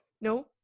No